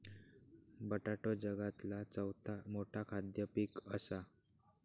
बटाटो जगातला चौथा मोठा खाद्य पीक असा